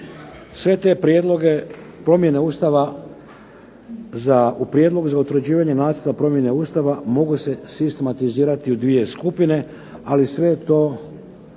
Sve te prijedloge promjene Ustava u prijedlogu za utvrđivanje Nacrta promjene Ustava mogu se sistematizirati u dvije skupine, ali sve je